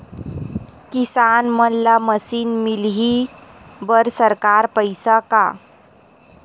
किसान मन ला मशीन मिलही बर सरकार पईसा का?